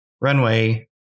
runway